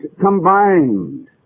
combined